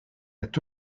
est